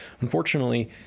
Unfortunately